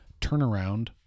turnaround